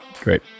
Great